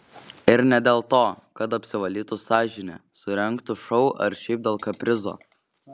ir ne dėl to kad apsivalytų sąžinę surengtų šou ar šiaip dėl kaprizo